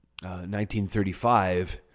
1935